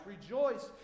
Rejoice